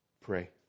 pray